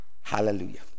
Hallelujah